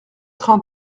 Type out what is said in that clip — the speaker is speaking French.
train